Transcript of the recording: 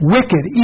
Wicked